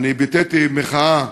אני ביטאתי מחאה,